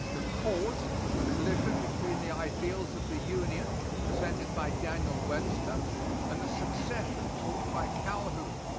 the cause was the collision between the ideals of the union presented by daniel webster and the secession taught by calhoun.